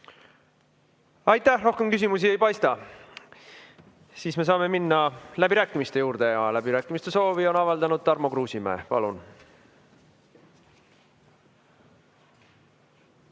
Aitäh! Rohkem küsimusi ei paista. Saame minna läbirääkimiste juurde. Läbirääkimiste soovi on avaldanud Tarmo Kruusimäe. Palun!